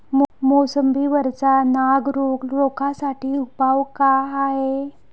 मोसंबी वरचा नाग रोग रोखा साठी उपाव का हाये?